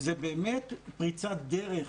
זה באמת פריצת דרך.